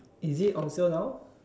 is it on sale now